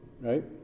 right